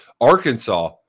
arkansas